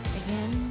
again